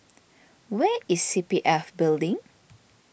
where is C P F Building